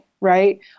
right